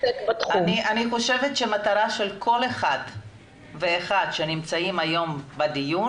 אני חושבת שהמטרה של כל אחד ואחד שנמצאים היום בדיון